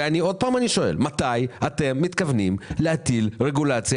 שוב אני שואל מתי אתם מתכוונים להטיל רגולציה